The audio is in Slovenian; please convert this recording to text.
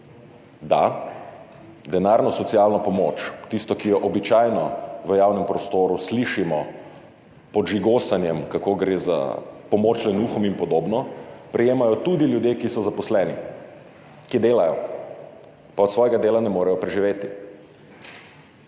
Da, denarno socialno pomoč, tisto ki jo običajno v javnem prostoru slišimo pod žigosanjem, kako gre za pomoč lenuhom in podobno, prejemajo tudi ljudje, ki so zaposleni, ki delajo, pa od svojega dela ne morejo preživeti.